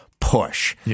push